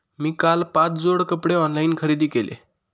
मी काल पाच जोड कपडे ऑनलाइन खरेदी केले